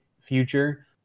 future